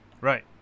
Right